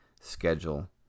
schedule